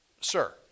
sir